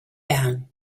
down